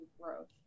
growth